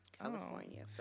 California